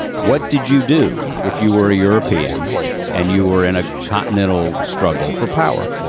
what did you do if you were a european and you were in a continental struggle for power?